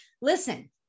listen